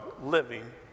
living